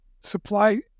supply